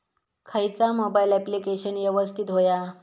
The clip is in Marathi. खयचा मोबाईल ऍप्लिकेशन यवस्तित होया?